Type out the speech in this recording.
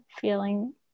feeling